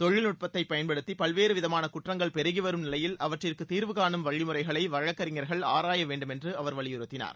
தொழில்நுட்பத்தைப் பயன்படுத்தி பல்வேறு விதமான குற்றங்கள் பெருகிவரும் நிலையில் அவற்றிற்கு தீர்வுகானும் வழிமுறைகளை வழக்கறிஞர்கள் ஆராய வேண்டுமென்று அவர் வலியுறுத்தினார்